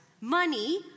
Money